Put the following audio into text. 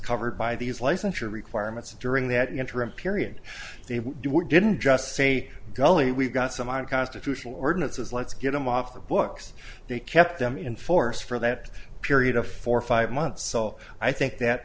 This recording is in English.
covered by these licensure requirements and during that interim period they were didn't just say golly we've got some unconstitutional ordinances let's get them off the books they kept them in force for that period of four five months so i think that